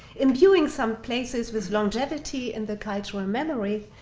imbuing some places with longevity and the cultural memory,